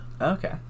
Okay